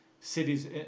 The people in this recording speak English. cities